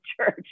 church